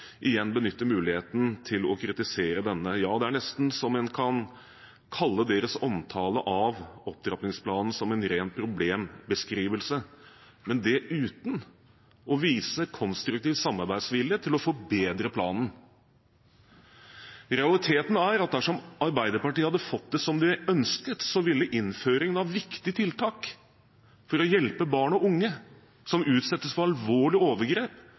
igjen benytter muligheten til å kritisere denne. Ja, det er nesten så en kan kalle deres omtale av opptrappingsplanen som en ren problembeskrivelse, men det uten å vise konstruktiv samarbeidsvilje til å forbedre planen. Realiteten er at dersom Arbeiderpartiet hadde fått det som de ønsket, ville innføringen av viktige tiltak for å hjelpe barn og unge som utsettes for alvorlige overgrep,